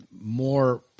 more